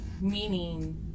meaning